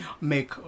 make